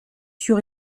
sur